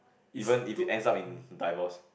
even if it ends up in divorce